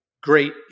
great